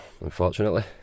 Unfortunately